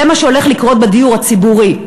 זה מה שהולך לקרות בדיור הציבורי.